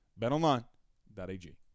betonline.ag